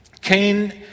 Cain